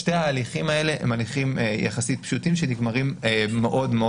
שני ההליכים האלה הם הליכים יחסית פשוטים שנגמרים מאוד מאוד